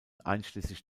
einschließlich